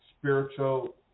spiritual